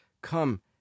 come